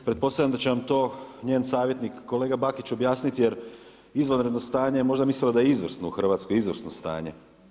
Pretpostavljam da će vam to njen savjetnik kolega Bakić objasniti, jer izvanredno stanje možda je mislila da je izvrsno u Hrvatskoj, izvrsno stanje?